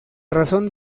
razón